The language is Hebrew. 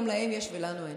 גם להם יש ולנו אין.